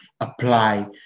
apply